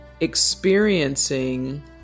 experiencing